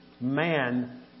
man